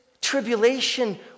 tribulation